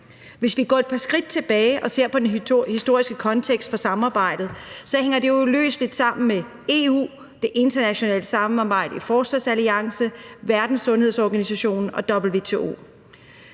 Hvis vi går et par skridt tilbage og ser på den historiske kontekst for samarbejdet, hænger det uløseligt sammen med EU, det internationale samarbejde i forsvarsalliancen, Verdenssundhedsorganisationen og WTO.